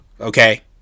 okay